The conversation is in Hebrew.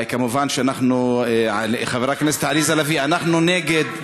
אנחנו כמובן, חברת הכנסת עליזה לביא, אנחנו נגד.